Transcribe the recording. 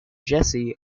jessie